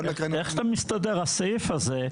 איך זה מסתדר, הסעיף זה,